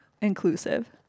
inclusive